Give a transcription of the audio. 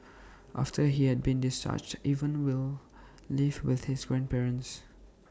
after he had been discharged Evan will live with his grandparents